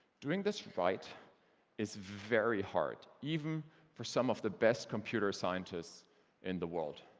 doing this right is very hard, even for some of the best computer scientists in the world.